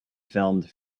filmed